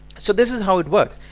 so this is how it works.